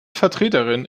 vertreterin